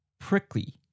Prickly